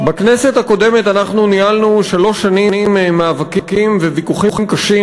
ניהלנו שלוש שנים מאבקים וויכוחים קשים